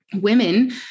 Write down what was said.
women